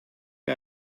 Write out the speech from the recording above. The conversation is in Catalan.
que